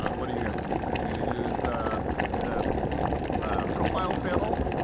what do you guys use? do you use the profiles panel,